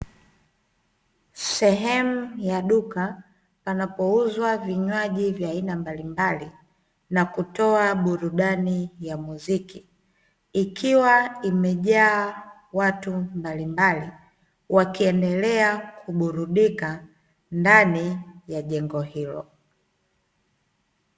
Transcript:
Sehemu ya duka panapouzwa vinywaji vya aina mbalimbali na kutoa burudani ya muziki, ikiwa imejaa watu mbalimbali wakiendelea kuburudika ndani ya jengo hilo.